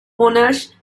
monash